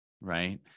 right